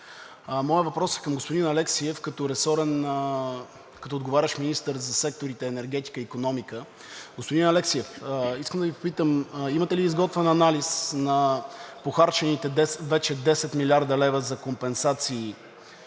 Моят въпрос е към господин Алексиев, като отговарящ министър за секторите „Енергетика“ и „Икономика“. Господин Алексиев, искам да Ви попитам: имате ли изготвен анализ, похарчените вече 10 млрд. лв. за компенсации